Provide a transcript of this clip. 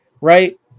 Right